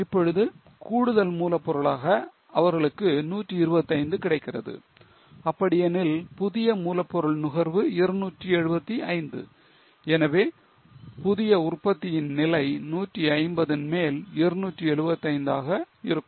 இப்பொழுது கூடுதல் மூலப்பொருளாக அவர்களுக்கு 125 கிடைக்கிறது அப்படியெனில் புதிய மூலப்பொருள் நுகர்வு 275 எனவே புதிய உற்பத்தியின் நிலை 150 ன் மேல் 275 ஆக இருக்கும்